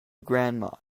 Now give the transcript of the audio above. grandma